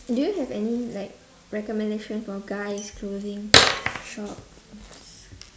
do you have any like recommendation for guys clothing shops